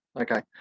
Okay